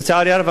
לצערי הרב,